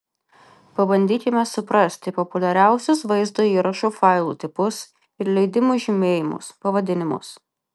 pabandykime suprasti populiariausius vaizdo įrašų failų tipus ir leidimų žymėjimus pavadinimus